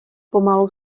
pomalu